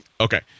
Okay